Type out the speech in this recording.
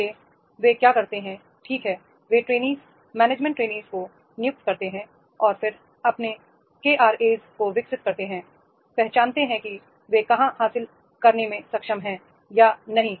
इसलिए वे क्या करते हैं ठीक है वे ट्रेनीज मैनेजमेंट ट्रेनीज को नियुक्त करते हैं और फिर अपने केआरए को विकसित करते हैं पहचानते हैं कि वे कहाँ हासिल करने में सक्षम हैं या नहीं